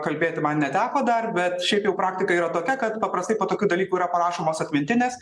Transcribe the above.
kalbėti man neteko dar bet šiaip jau praktika yra tokia kad paprastai po tokių dalykų ir parašomos atmintinės